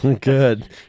good